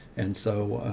and so,